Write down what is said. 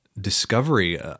discovery